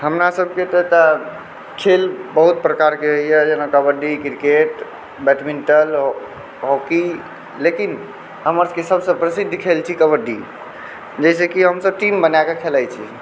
हमरा सभकेँ तऽ एतऽ खेल बहुत प्रकारकेँ रहैए जेना कबड्डी क्रिकेट बैडमिण्टन हॉकी लेकिन हमरा सभकेँ सभसँ प्रसिद्ध खेल छै कबड्डी जाहिसँ कि हम सभ टीम बनाकऽ खेलाइ छी